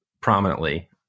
prominently